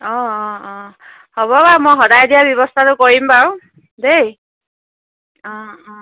অঁ অঁ অঁ হ'ব বাৰু মই সদায় দিয়া ব্যৱস্থাটো কৰিম বাৰু দেই অঁ অঁ